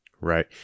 Right